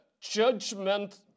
judgment